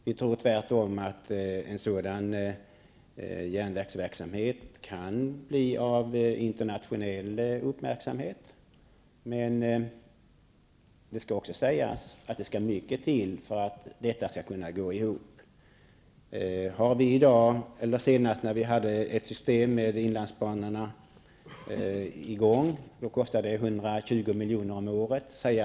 Vi tror tvärtom att en sådan järnvägsverksamhet kan komma att uppmärksammas internationellt. Men det skall också sägas att det skall mycket till för att detta skall gå ihop. När vi senast hade ett system av inlandsbanor i gång kostade det 120 milj.kr. om året.